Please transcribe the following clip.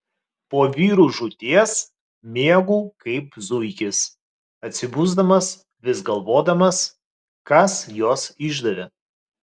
po vyrų žūties miegu kaip zuikis atsibusdamas vis galvodamas kas juos išdavė